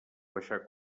baixar